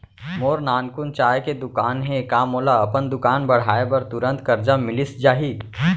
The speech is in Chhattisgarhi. मोर नानकुन चाय के दुकान हे का मोला अपन दुकान बढ़ाये बर तुरंत करजा मिलिस जाही?